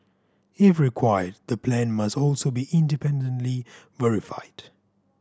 if required the plan must also be independently verified